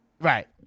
Right